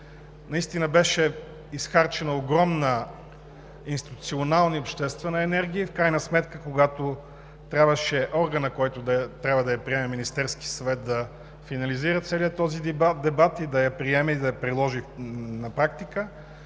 Наистина беше изхарчена огромна институционална и обществена енергия. В крайна сметка, когато трябваше органът, който трябва да я приеме – Министерският съвет, да финализира целия този дебат, да я приеме и да я приложи на практика,